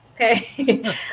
Okay